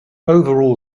overall